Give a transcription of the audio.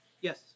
Yes